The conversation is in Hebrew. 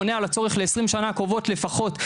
עונה על הצורך ל- 20 השנה הקרובות לפחות,